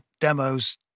demos